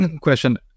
question